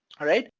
alright?